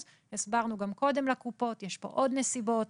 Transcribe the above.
הסברנו גם קודם לקופות, יש פה עוד נסיבות,